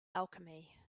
alchemy